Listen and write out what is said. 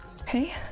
Okay